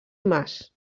mas